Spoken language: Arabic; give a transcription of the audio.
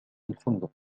الفندق